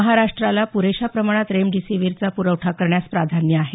महाराष्ट्राला प्रेशा प्रमाणात रेमडेसिविरचा प्रवठा करण्यास प्राधान्य आहे